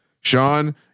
Sean